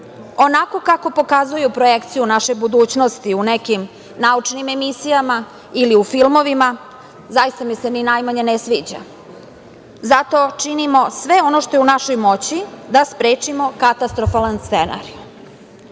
Onako kako pokazuju projekciju u našoj budućnosti u nekim naučnim emisijama ili u filmovima, zaista mi se ni najmanje ne sviđa. Zato činimo sve ono što je u našoj moći da sprečimo katastrofalan scenario.